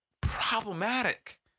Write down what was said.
problematic